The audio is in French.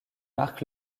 marc